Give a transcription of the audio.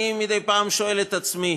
אני מדי פעם שואל את עצמי